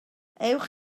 ewch